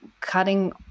cutting